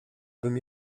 bym